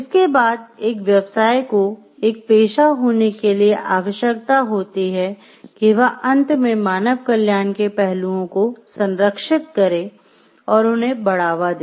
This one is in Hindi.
इसके बाद एक व्यवसाय को एक पेशा होने के लिए आवश्यकता होती है कि वह अंत में मानव कल्याण के पहलुओं दे